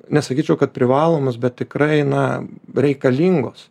nesakyčiau kad privalomos bet tikrai na reikalingos